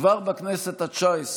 כבר בכנסת התשע-עשרה,